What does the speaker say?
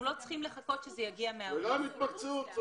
גם התמקצעות.